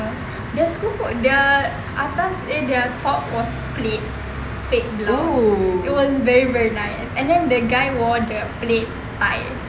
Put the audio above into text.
their school pun their atas eh their top was plain plaid blue it was very very nice then the guy wore the plaid type